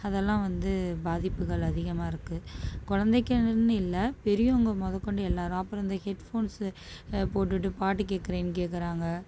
அதெல்லாம் வந்து பாதிப்புகள் அதிகமாக இருக்கு குழந்தைக்குன்னு இல்லை பெரியவங்க முத கொண்டு எல்லாரும் அப்புறம் இந்த ஹெட்போன்ஸு போட்டுகிட்டு பாட்டு கேட்குறேன்னு கேட்குறாங்க